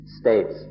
states